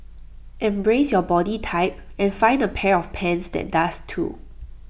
embrace your body type and find A pair of pants that does too